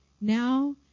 Now